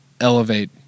elevate